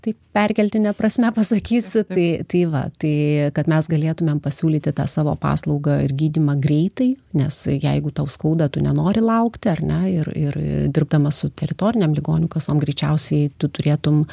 tai perkeltine prasme pasakysiu tai tai va tai kad mes galėtumėm pasiūlyti tą savo paslaugą ir gydymą greitai nes jeigu tau skauda tu nenori laukti ar ne ir ir ee dirbdamas su teritorinėm ligonių kasom greičiausiai tu turėtum